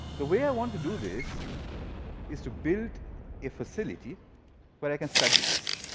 the way i want to do this is to build a facility where i can study this.